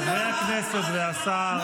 חברי הכנסת והשר.